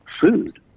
food